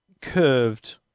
curved